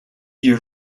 you